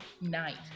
Night